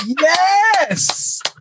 Yes